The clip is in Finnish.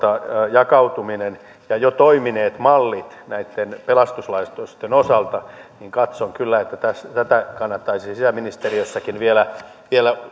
jakautuminen ja jo toimineet mallit näitten pelastuslaitosten osalta niin katson kyllä että kannattaisi sisäministeriössäkin vielä vielä